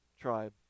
tribe